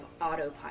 autopilot